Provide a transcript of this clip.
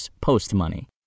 post-money